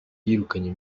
yirukanye